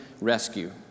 rescue